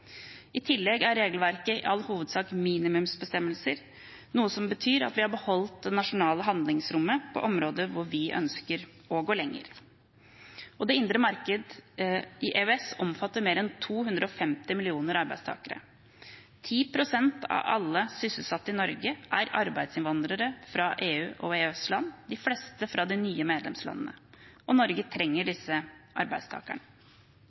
I tillegg er regelverket i all hovedsak minimumsbestemmelser, noe som betyr at vi har beholdt det nasjonale handlingsrommet på områder hvor vi ønsker å gå lenger. Det indre marked i EØS omfatter mer enn 250 millioner arbeidstakere. 10 pst. av alle sysselsatte i Norge er arbeidsinnvandrere fra EU/EØS-land – de fleste fra de nye medlemslandene. Norge trenger disse arbeidstakerne.